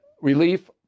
relief